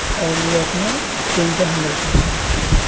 اور وہ اپنے ٹیم کو ہینڈل کرتے ہیں